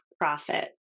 profit